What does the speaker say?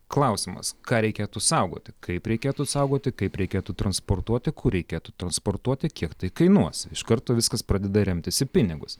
klausimas ką reikėtų saugoti kaip reikėtų saugoti kaip reikėtų transportuoti kur reikėtų transportuoti kiek tai kainuos iš karto viskas pradeda remtis į pinigus